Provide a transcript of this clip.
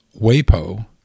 WAPO